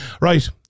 right